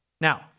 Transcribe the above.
Now